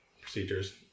procedures